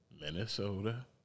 Minnesota